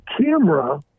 camera